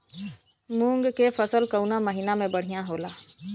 मुँग के फसल कउना महिना में बढ़ियां होला?